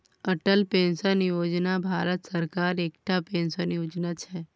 Atal pension योजना भारत सरकारक एकटा पेंशन योजना छै